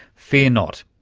fear not,